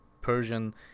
Persian